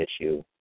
issue